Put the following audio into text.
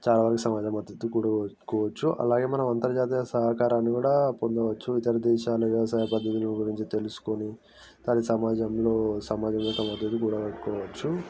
చాలా వరకు సమాజ మద్దతు కూడగట్టుకోవచ్చు అలాగే మనం అంతర్జాతీయ సహకారాన్ని కూడా పొందవచ్చు ఇతర దేశాల వ్యవసాయ పద్దతులను గురించి తెలుసుకొని అలాగే సమాజంలో సమాజం యొక్క మద్దతు కూడగట్టుకోవచ్చు